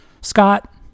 Scott